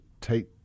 take